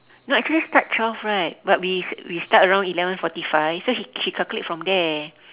no actually start twelve right but we s~ we start around eleven forty five so she she calculate from there